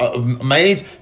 made